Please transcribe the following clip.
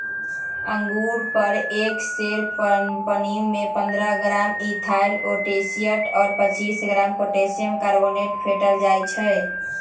अंगुर पर एक सेर पानीमे पंडह ग्राम इथाइल ओलियट और पच्चीस ग्राम पोटेशियम कार्बोनेट फेटल जाई छै